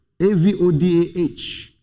A-V-O-D-A-H